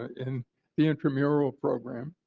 and the intramural program.